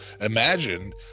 imagine